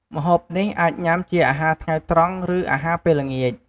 ម្ហូបនេះអាចញុំាជាអាហារថ្ងៃត្រង់ ឬអាហារពេលល្ងាច។